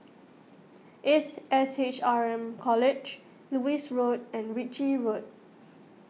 Ace S H R M College Lewis Road and Ritchie Road